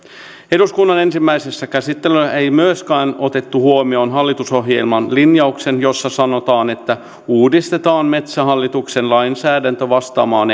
eduskunnan ensimmäisessä käsittelyssä ei myöskään otettu huomioon hallitusohjelman linjausta jossa sanotaan että uudistetaan metsähallituksen lainsäädäntö vastaamaan